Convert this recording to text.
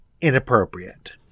inappropriate